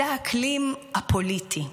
וזה האקלים הפוליטי.